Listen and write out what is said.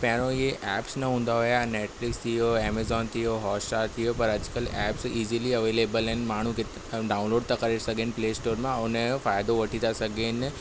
पहिरों जे ऐप्स न हूंदा हुआ नेटफ्लिक्स थी वियो एमेजॉन थी वियो हॉटस्टार थी वियो पर अॼुकल्ह ऐप्स इज़िली अवेलेबल आहिनि माण्हू ऐं डाउनलोड था करे सघेनि प्लेस्टोर मां हुनजो फ़ाइदो वठी था सघेनि